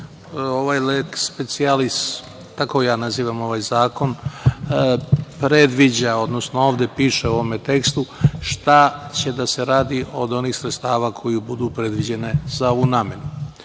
ovaj leks specijalis, kako ja nazivam ovaj zakon, predviđa, odnosno ovde piše u ovom tekstu šta će da se radi od onih sredstava koja budu predviđena za ovu namenu.